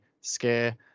scare